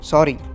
Sorry